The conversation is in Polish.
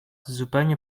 zupełnie